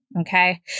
okay